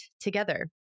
together